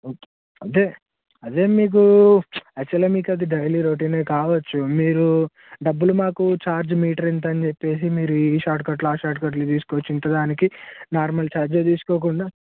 అదే అదే మీకు యాక్చువల్గా మీకు అది డైలీ రొటీనే కావచ్చు మీరు డబ్బులు మాకు ఛార్జ్ మీటర్ ఇంత అని చెప్పేసి మీరు ఈ షార్ట్కట్లు ఆ షార్ట్కట్లు తీసుకొచ్చి ఇంత దానికి నార్మల్ ఛార్జే తీసుకోకుండా